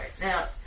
now